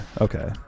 okay